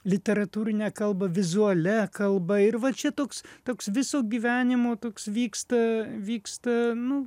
literatūrinę kalbą vizualia kalba ir va čia toks toks viso gyvenimo toks vyksta vyksta nu